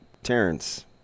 terrence